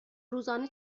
روزانه